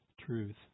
truth